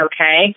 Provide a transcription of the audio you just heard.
okay